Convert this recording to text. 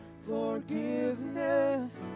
Forgiveness